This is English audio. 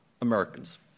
Americans